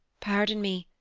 pardon me.